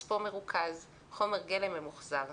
מספוא מרוכז, חומר גלם ממוחזר.